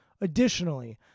Additionally